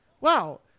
wow